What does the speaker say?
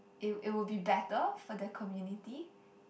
it it will be better for the community